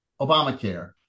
Obamacare